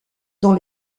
dans